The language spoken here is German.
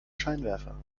scheinwerfer